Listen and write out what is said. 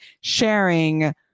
sharing